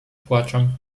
płaczem